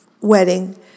wedding